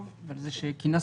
אני מקווה